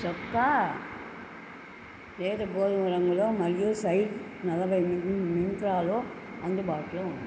చొక్కా లేత గోధుమరంగులో మరియు సైజ్ నలభై మింత్రాలో అందుబాటులో ఉందా